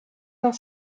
dans